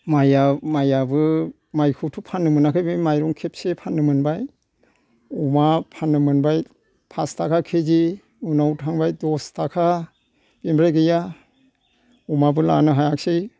माइया माइयाबो माइखौथ' फाननो मोनाखै बे माइरं खेबसे फाननो मोनबाय अमा फाननो मोनबाय फास थाखा कि जि उनाव थांबाय दश थाखा बेनिफ्राइ गैया अमाबो लानो हायासै